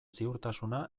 ziurtasuna